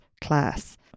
class